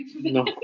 No